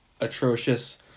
atrocious